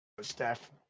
Steph